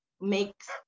makes